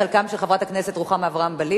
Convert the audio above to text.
חלקן של חברת הכנסת רוחמה אברהם-בלילא,